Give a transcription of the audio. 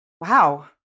wow